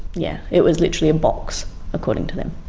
yeah, it was literally a box, according to them.